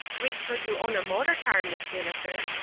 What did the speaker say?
wait till you own a motor-car, miss winnifred,